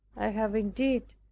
i have indeed,